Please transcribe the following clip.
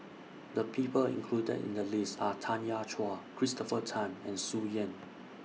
The People included in The list Are Tanya Chua Christopher Tan and Tsung Yeh